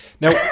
Now